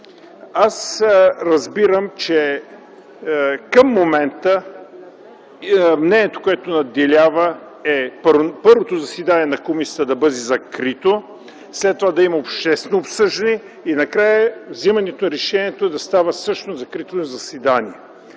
Аз разбирам, че към момента мнението, което надделява е, първото заседание на комисията да бъде закрито, след това да има обществено обсъждане и накрая вземането на решението да става също на закрито заседание.